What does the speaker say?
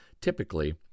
typically